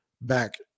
back